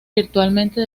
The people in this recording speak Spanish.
virtualmente